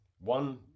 one